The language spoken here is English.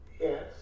Yes